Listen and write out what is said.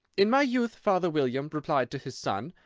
in my youth, father william replied to his son,